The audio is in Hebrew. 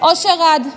אושר עד.